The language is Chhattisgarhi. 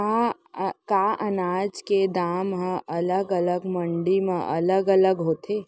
का अनाज के दाम हा अलग अलग मंडी म अलग अलग होथे?